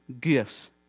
gifts